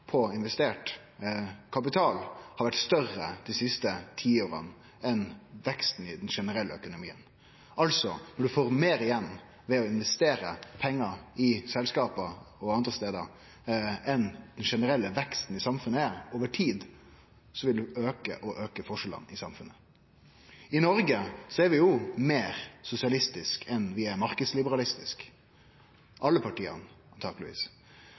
på investert kapital har vore større dei siste tiåra enn veksten i den generelle økonomien. Ein får altså meir igjen ved å investere pengar i selskap og andre stader enn den generelle veksten i samfunnet er. Over tid vil det stadig auke forskjellane i samfunnet. I Noreg er vi meir sosialistiske enn marknadsliberalistiske – alle partia,